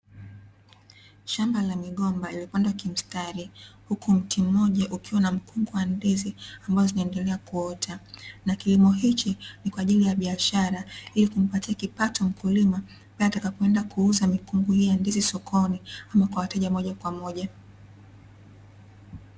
Shamba la migomba lililopandwa kimstari, huku mti mmoja ukiwa na mkungu wa ndizi ambazo zinaendelea kuota na kilimo hichi ni kwa ajili ya biashara, ili kumpatia kipato mkulima pale atakapoenda kuuza mikungu hii ya ndizi sokoni au kwa wateja moja kwa moja.